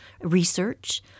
research